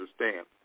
understand